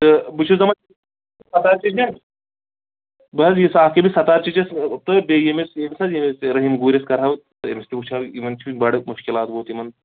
تہٕ بہٕ چھُس دپان بہٕ حظ یُس اَکھ ییٚمِس سَتار چَیچَس تہٕ بیٚیہِ ییٚمِس ییٚمِس حظ ییٚمِس رٔحیٖم گوٗرِس کَرٕہو تہٕ أمِس تہِ وٕچھہو یِمن چھُ بَڑٕ مُشکِلات ووت یِمَن